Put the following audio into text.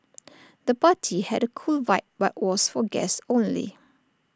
the party had A cool vibe but was for guests only